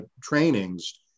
trainings